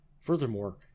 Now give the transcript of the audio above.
Furthermore